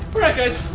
alright guys.